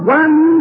one